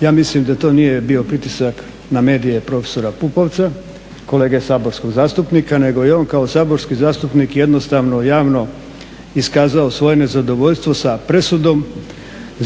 ja mislim da to nije bio pritisak na medije profesora Pupovca, kolege saborskog zastupnika, nego je on kao saborski zastupnik jednostavno javno iskazao svoje nezadovoljstvo sa presudom